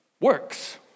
Works